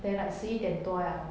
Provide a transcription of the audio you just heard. then like 十一点多了